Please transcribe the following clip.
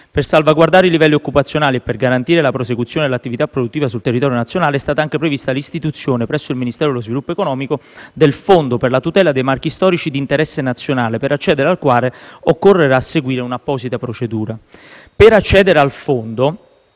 Per salvaguardare i livelli occupazionali e per garantire la prosecuzione dell'attività produttiva sul territorio nazionale è stata anche prevista l'istituzione, presso il Ministero dello sviluppo economico, del Fondo per la tutela dei marchi storici di interesse nazionale (per accedere al quale occorrerà seguire un'apposita procedura). Per accedere al Fondo,